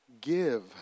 give